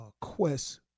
quest